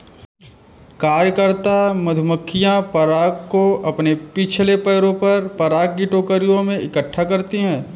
कार्यकर्ता मधुमक्खियां पराग को अपने पिछले पैरों पर पराग की टोकरियों में इकट्ठा करती हैं